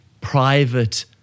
private